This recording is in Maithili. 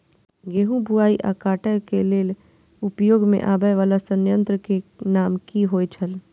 गेहूं बुआई आ काटय केय लेल उपयोग में आबेय वाला संयंत्र के नाम की होय छल?